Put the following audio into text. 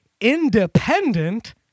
independent